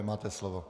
Máte slovo.